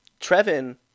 trevin